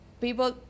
people